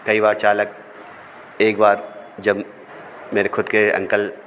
कई बार चालक एक बार जब मेरे खुद के अंकल